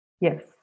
Yes